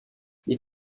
les